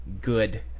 good